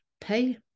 pay